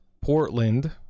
Portland